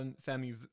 Family